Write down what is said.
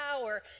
power